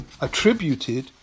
attributed